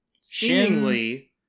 seemingly